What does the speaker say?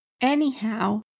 Anyhow